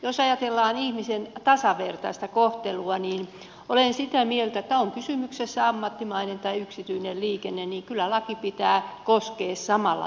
jos ajatellaan ihmisen tasavertaista kohtelua niin olen sitä mieltä että on kysymyksessä ammattimainen tai yksityinen liikenne niin kyllä lain pitää sitä koskea samalla tavalla